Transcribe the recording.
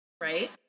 Right